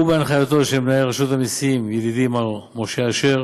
ובהנחייתו של מנהל רשות המסים, ידידי מר משה אשר,